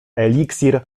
eliksir